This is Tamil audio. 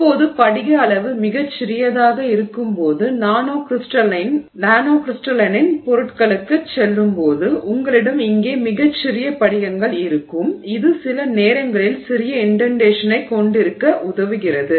இப்போது படிக அளவு மிகச் சிறியதாக இருக்கும்போது நானோ க்ரிஸ்டலைனின் பொருட்களுக்குச் செல்லும்போது உங்களிடம் இங்கே மிகச் சிறிய படிகங்கள் இருக்கும் இது சில நேரங்களில் சிறிய இன்டென்டேஷனைக் கொண்டிருக்க உதவுகிறது